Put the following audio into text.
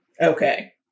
Okay